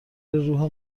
روح